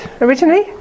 originally